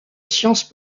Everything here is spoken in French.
sciences